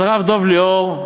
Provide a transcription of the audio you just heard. אז הרב דב ליאור,